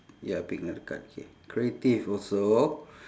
ya pick another card okay creative also